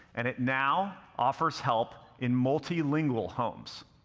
and it now offers help in multilingual homes.